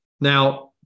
Now